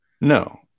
No